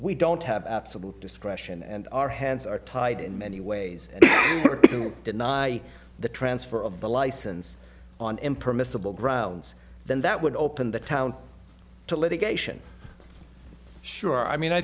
we don't have absolute discretion and our hands are tied in many ways to deny the transfer of the license on impermissible grounds then that would open the town to litigation sure i mean i